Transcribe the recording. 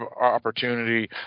opportunity